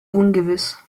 ungewiss